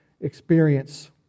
experience